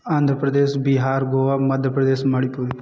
Andhra Pradesh Bihar Goa Madhya Pradesh Manipur